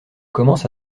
commence